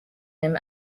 him